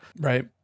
Right